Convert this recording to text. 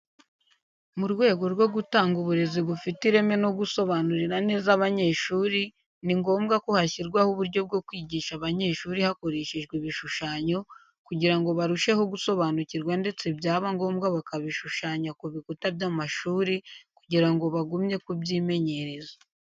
Mu rwego rwo gutanga uburezi bufite ireme no gusobanurira neza abanyeshuri ni ngombwa ko hashyirwaho uburyo bwo kwigisha abanyeshuri hakoreshejwe ibishushanyo kugira ngo barusheho gusobanukirwa ndetse byaba ngombwa bakabishushanya ku bikuta by'amashuri kugira ngo bagumye kubyimenyereza.